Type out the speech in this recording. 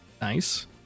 Nice